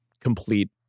complete